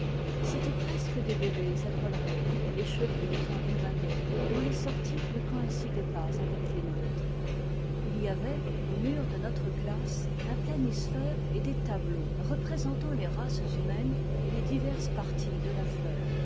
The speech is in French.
c'étaient presque des bébés à collerette et cheveux enrubannés dont les sorties ne coïncidaient pas avec les nôtres il y avait au mur de notre classe un planisphère et des tableaux représentant les races humaines et les diverses parties de la fleur